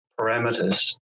parameters